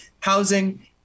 housing